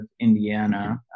Indiana